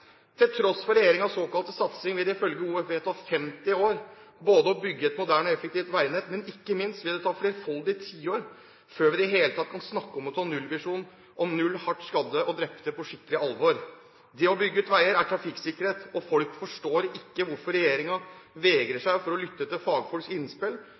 Til tross for regjeringens såkalte satsing vil det ifølge OFV ta 50 år å bygge et moderne og effektivt veinett, og ikke minst vil det ta flerfoldige tiår før vi i det hele tatt kan snakke om å ta nullvisjonen om null hardt skadde og drepte på skikkelig alvor. Det å bygge ut veier er trafikksikkerhet. Folk forstår ikke hvorfor regjeringen vegrer seg for å lytte til fagfolks innspill